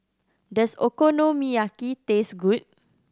does Okonomiyaki taste good